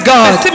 God